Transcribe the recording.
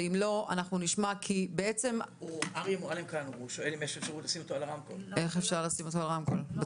אנחנו ממניעים שאני מקווה שגם המניעים שלו ושאין מקום להרים אנטנות של